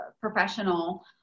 professional